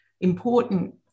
important